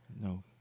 No